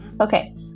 Okay